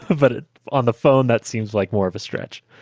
ah but ah on the phone, that seems like more of a stretch.